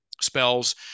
spells